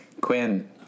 Quinn